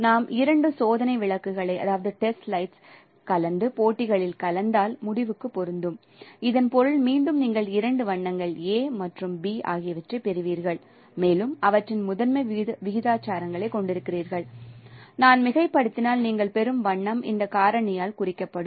நாம் இரண்டு சோதனை விளக்குகளை கலந்து போட்டிகளில் கலந்தால் முடிவுக்கு பொருந்தும் இதன் பொருள் மீண்டும் நீங்கள் இரண்டு வண்ணங்கள் A மற்றும் B ஆகியவற்றைப் பெறுவீர்கள் மேலும் அவற்றின் முதன்மை விகிதாச்சாரங்களைக் கொண்டிருக்கிறீர்கள் நான் மிகைப்படுத்தினால் நீங்கள் பெறும் வண்ணம் இந்த காரணியால் குறிக்கப்படும்